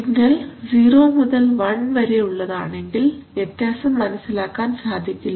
signal 0 മുതൽ 1 വരെ ഉള്ളതാണെങ്കിൽ വ്യത്യാസം മനസ്സിലാക്കാൻ സാധിക്കില്ല